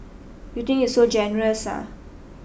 you think you so generous ah